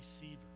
receiver